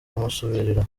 kumusubirira